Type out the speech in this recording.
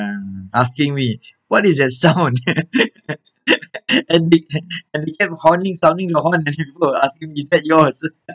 um asking me what is that sound and be~ and began horning sounding the horn and people are asking me is that yours